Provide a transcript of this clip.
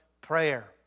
prayer